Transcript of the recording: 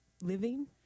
living